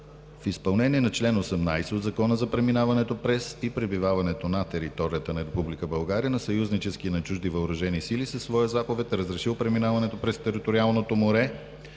В изпълнение на чл. 18 от Закона за преминаването през и пребиваването на територията на Република България на съюзнически и на чужди въоръжени сили със своя заповед е разрешил преминаването през териториалното море,